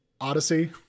odyssey